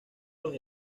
los